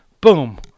Boom